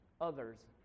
others